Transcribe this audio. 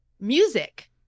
music